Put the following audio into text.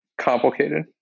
complicated